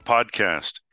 Podcast